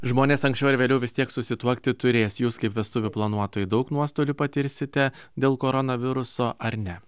žmonės anksčiau ar vėliau vis tiek susituokti turės jūs kaip vestuvių planuotojai daug nuostolių patirsite dėl koronaviruso ar ne